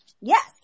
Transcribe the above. Yes